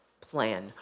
plan